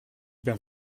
ben